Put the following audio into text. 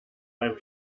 beim